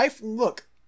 Look